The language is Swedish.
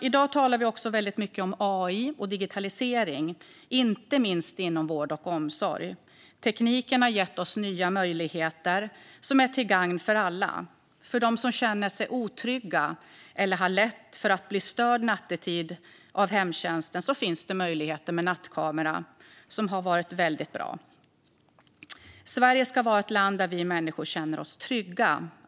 I dag talar vi mycket om AI och digitalisering, inte minst inom vård och omsorg. Tekniken har gett oss nya möjligheter som är till gagn för alla. För dem som känner sig otrygga eller har lätt att bli störda nattetid av hemtjänsten finns det möjlighet med nattkamera, något som har varit väldigt bra. Sverige ska vara ett land där vi människor känner oss trygga.